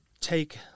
take